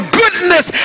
goodness